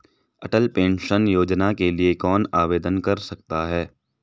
अटल pension Yojana के लिए कौन आवेदन कर सकता है?